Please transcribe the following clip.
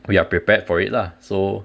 we are prepared for it lah so